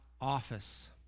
office